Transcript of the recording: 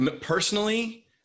personally